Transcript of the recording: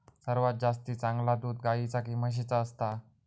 सर्वात जास्ती चांगला दूध गाईचा की म्हशीचा असता?